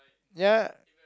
ya